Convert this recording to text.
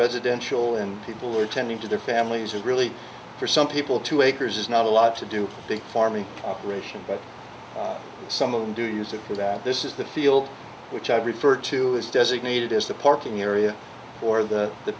residential and people are tending to their families and really for some people two acres is not a lot to do the farming operation but some of them do use it for that this is the field which i refer to is designated as the parking area or the